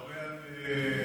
דיברת הרבה על בגין,